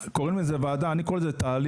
קוראים לזה ועדה, אני קורא לזה תהליך.